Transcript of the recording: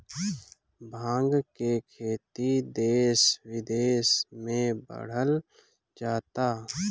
भाँग के खेती देस बिदेस में बढ़ल जाता